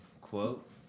quote